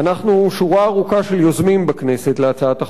אנחנו שורה ארוכה של יוזמים בכנסת של הצעת החוק הזאת.